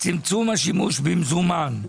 צמצום השימוש במזומן.